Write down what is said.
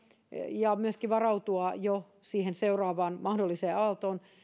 ja myöskin varautua jo siihen mahdolliseen seuraavaan aaltoon